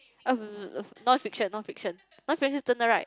uh non fiction non fiction non fiction 是真的 right